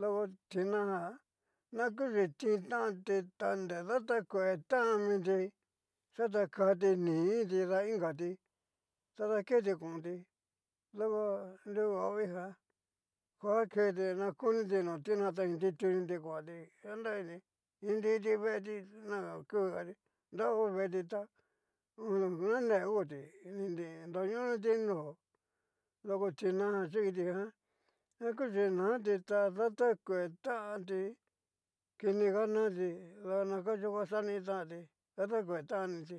doko tina doko tinajan na kuxhi tintanti ta nre datakuetanmiti xatakati nii iinti da iinka ti tada keti konti do nruhuavii jan kua aketi na koniti no tina na ni tutuniti kuanti chinravi ni nriti veeti na okuga nra ho veti ta ho nanegoti ni nroñoniti noó doko tinajan xhi kitijan na kuchi nati ta datakue tanti kini ga nati ta nakachio va xanitanti datakue taniti.